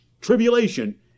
tribulation